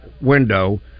window